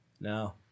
no